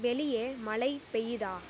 வெளியே மழை பெய்யுதா